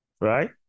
right